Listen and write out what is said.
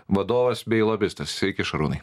vadovas bei lobistas sveiki šarūnai